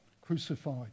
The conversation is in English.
crucified